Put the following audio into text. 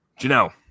Janelle